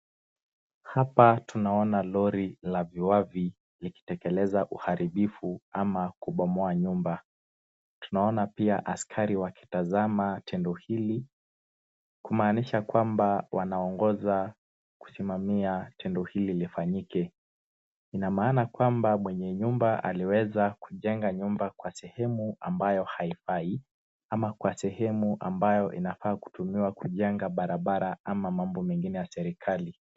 Hapa tunaona lori la viwavi likitekeleza uharibifu ama kubomoa nyumba, tunaona pia askari wakitazama tendo hili kumaanisha kwamba wanaongoza kusimamia tendo hili lifanyike ,inamaana kwamba mwenye nyumba aliweza kujenga nyumba kwa sehemu ambayo haifai ama kwa sehemu ambayo inafaa kutumiwa kujenga barabara ama mambo mengine ya serikali.